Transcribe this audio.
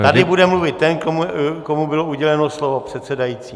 Tady bude mluvit ten, komu bylo uděleno slovo předsedajícím.